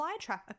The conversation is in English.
flytrap